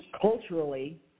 culturally